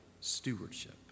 stewardship